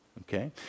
Okay